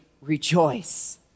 rejoice